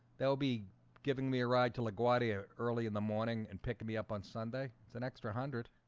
they'll be giving me a ride to laguardia early in the morning and pick me up on sunday. it's an extra hundred